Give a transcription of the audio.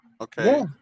okay